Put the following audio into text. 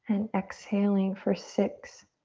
and exhaling for six,